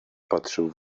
patrzył